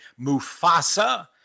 Mufasa